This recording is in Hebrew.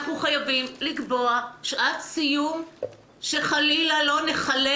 אנחנו חייבים לקבוע שעת סיום שחלילה לא נחלל